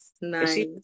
Nice